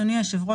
אדוני היושב-ראש,